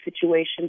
situation